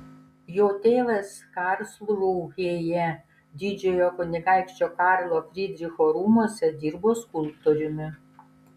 jo tėvas karlsrūhėje didžiojo kunigaikščio karlo frydricho rūmuose dirbo skulptoriumi